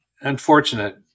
unfortunate